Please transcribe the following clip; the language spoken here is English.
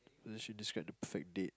doesn't she describe the perfect date